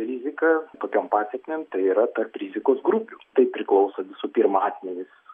rizika tokiom pasekmėm tai yra tarp rizikos grupių tai priklauso visų pirma asmenys